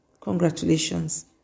Congratulations